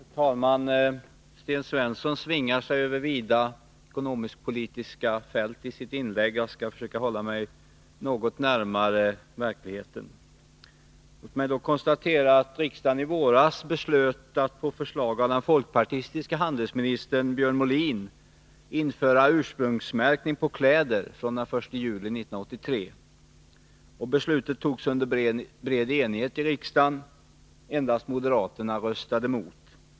Herr talman! Sten Svensson svingar sig över vida ekonomisk-politiska fält i sitt inlägg. Jag skall försöka hålla mig något närmare verkligheten. I våras beslöt riksdagen på förslag av den folkpartistiske handelsministern Björn Molin att införa ursprungsmärkning på kläder från den 1 juli 1983. Beslutet fattades under bred enighet i riksdagen. Endast moderaterna röstade emot.